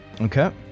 Okay